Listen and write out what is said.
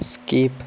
skip